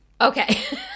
Okay